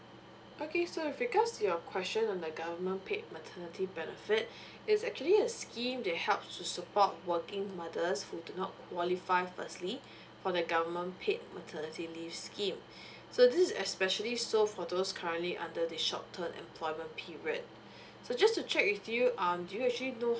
okay so with regards to your question on the government paid maternity benefit is actually a scheme that helps to support working mothers who do not qualify firstly for the government paid maternity leave scheme so this is especially so for those currently under the short term employment period so just to check with you um do you actually know